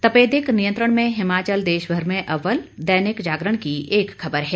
तपेदिक नियंत्रण में हिमाचल देशभर में अव्वल दैनिक जागरण की एक खबर है